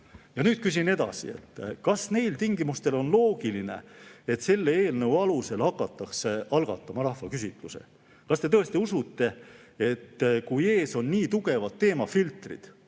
Nüüd küsin edasi: kas neil tingimustel on loogiline, et selle eelnõu alusel hakatakse algatama rahvaküsitlusi? Kas te tõesti seda usute, kui ees on nii tugevad teemafiltrid?